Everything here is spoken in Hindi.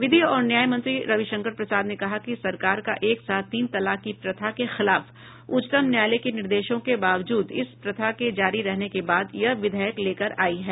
विधि और न्याय मंत्री रविशंकर प्रसाद ने कहा कि सरकार का एक साथ तीन तलाक की प्रथा के खिलाफ उच्चतम न्यायालय के निर्देशों के बावजूद इस प्रथा के जारी रहने के बाद यह विधेयक लेकर आई है